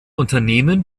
unternehmen